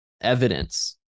evidence